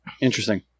Interesting